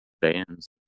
bands